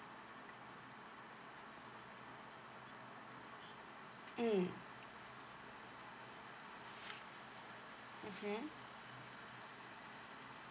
mm mmhmm